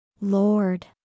Lord